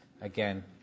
again